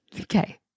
Okay